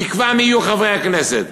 קובע מי יהיו חברי הכנסת.